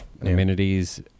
Amenities